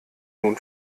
nun